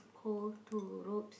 hold two ropes